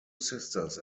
sisters